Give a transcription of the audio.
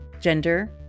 gender